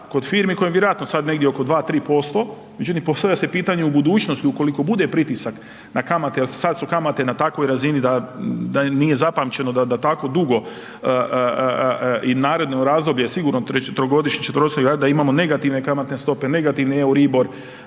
kod firmi kojim je vjerojatno sada negdje oko 2, 3%, međutim postavlja se pitanje u budućnosti ukoliko bude pritisak na kamate jel su sada kamate na takvoj razini da nije zapamćeno da tako bude i naredno razdoblje sigurno trogodišnje … da imamo negativne kamatne stope, negativan EURIBOR,